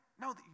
No